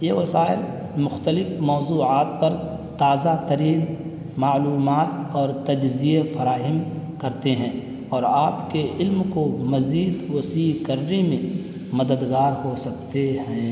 یہ وسائل مختلف موضوعات پر تازہ ترین معلومات اور تجزیے فراہم کرتے ہیں اور آپ کے علم کو مزید وسیع کرنے میں مددگار ہو سکتے ہیں